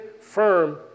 firm